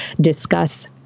discuss